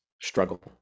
struggle